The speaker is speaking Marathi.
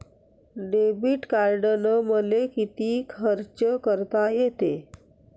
डेबिट कार्डानं मले किती खर्च करता येते?